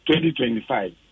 2025